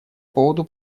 поводу